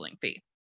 fee